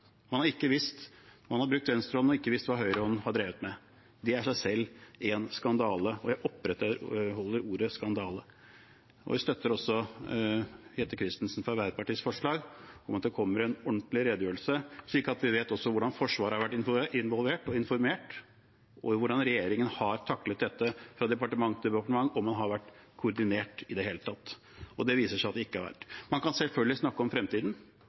Man har ikke visst. Man har brukt venstrehånden og ikke visst hva høyrehånden har drevet med. Det er i seg selv en skandale, og jeg opprettholder ordet «skandale». Jeg støtter også Jette Christensen fra Arbeiderpartiets forslag om at det kommer en ordentlig redegjørelse, slik at vi vet også hvordan Forsvaret har vært involvert og informert, og hvordan regjeringen har taklet dette fra departement til departement, om man har vært koordinert i det hele tatt. Det viser det seg at de ikke har vært. Man kan selvfølgelig snakke om fremtiden,